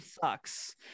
sucks